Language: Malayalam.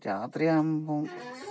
രാത്രി ആകുമ്പോൾ